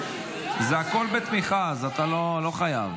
זה הכול בתמיכה, אז אתה לא חייב.